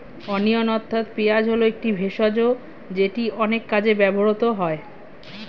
onion অর্থাৎ পেঁয়াজ হল একটি ভেষজ যেটি অনেক কাজে ব্যবহৃত হয়